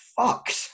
fucked